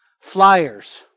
flyers